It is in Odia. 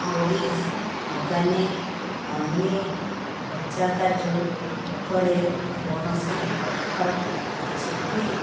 ନୋରିଶ୍ ଅର୍ଗାନିକ୍ ହନି ଭଜା କାଜୁ ଉପରେ କୌଣସି ଅଫର୍ ଅଛି କି